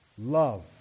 Love